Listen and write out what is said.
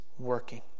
working